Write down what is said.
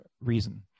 reason